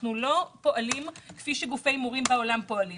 אנחנו לא פועלים כפי שגופי הימורים בעולם פועלים.